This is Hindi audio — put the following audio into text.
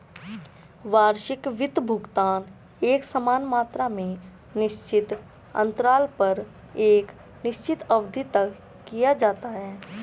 वार्षिक वित्त भुगतान एकसमान मात्रा में निश्चित अन्तराल पर एक निश्चित अवधि तक किया जाता है